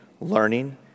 learning